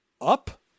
up